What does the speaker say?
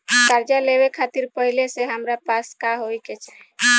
कर्जा लेवे खातिर पहिले से हमरा पास का होए के चाही?